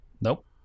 nope